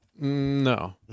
No